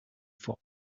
for